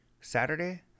Saturday